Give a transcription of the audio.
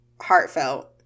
heartfelt